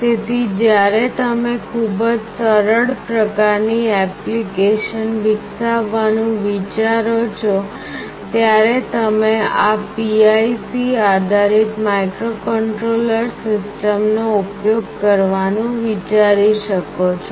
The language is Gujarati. તેથી જ્યારે તમે ખૂબ જ સરળ પ્રકારની ઍપ્લિકેશન વિકસાવવાનું વિચારો છો ત્યારે તમે PIC આધારિત માઇક્રોકન્ટ્રોલર સિસ્ટમ્સનો ઉપયોગ કરવાનું વિચારી શકો છો